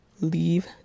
leave